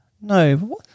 No